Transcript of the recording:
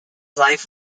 life